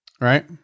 right